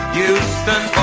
Houston